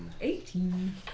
Eighteen